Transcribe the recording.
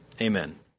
Amen